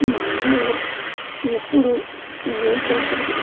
మా అన్నలు ఎప్పుడు నువ్వేం చేస్తుంటావు